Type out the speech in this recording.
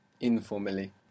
informally